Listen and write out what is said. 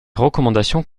recommandations